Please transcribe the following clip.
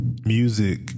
music